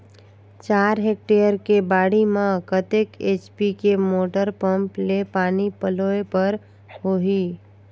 चार हेक्टेयर के बाड़ी म कतेक एच.पी के मोटर पम्म ले पानी पलोय बर होही?